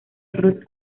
cruz